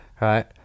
right